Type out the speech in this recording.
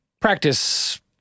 practice